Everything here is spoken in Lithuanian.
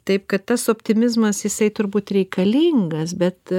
taip kad tas optimizmas jisai turbūt reikalingas bet